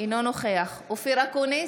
אינו נוכח אופיר אקוניס,